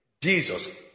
Jesus